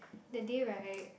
that day right